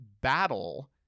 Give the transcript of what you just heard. battle